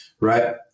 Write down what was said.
right